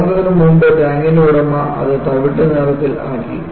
സ്ഫോടനത്തിന് മുമ്പ് ടാങ്കിന്റെ ഉടമ അത് തവിട്ട് നിറത്തിൽ ആക്കി